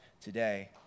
today